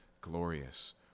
glorious